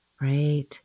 right